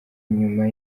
nyuma